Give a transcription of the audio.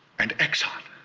and exxon.